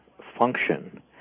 function